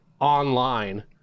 online